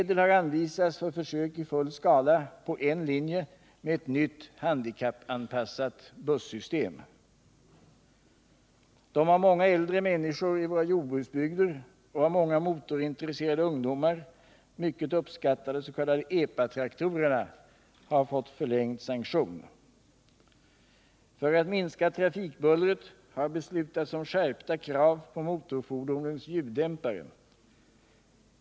De av många äldre människor i våra jordbruksbygder och av många motorintresserade ungdomar mycket uppskattade s.k. epatraktorerna har fått förlängd sanktion. För att minska trafikbullret har beslutats om skärpta krav på motorfordonens ljuddämpare.